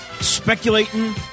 speculating